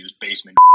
basement